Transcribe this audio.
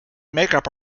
makeup